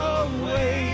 away